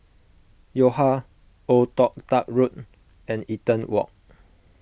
Yo Ha Old Toh Tuck Road and Eaton Walk